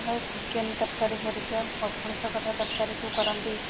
chicken ତରକାରୀ ପରିକା ପଣସ କଠା ତରକାରୀକୁ କରନ୍ତି